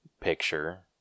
picture